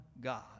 God